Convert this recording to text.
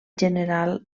general